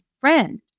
friend